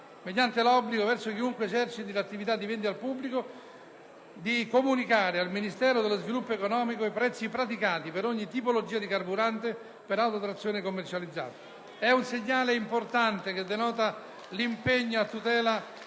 mediante l'obbligo, verso chiunque eserciti l'attività di vendita al pubblico di carburante, di comunicare al Ministero dello sviluppo economico i prezzi praticati per ogni tipologia di carburante per autotrazione commercializzato. È un segnale importante che denota l'impegno a tutela